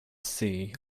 see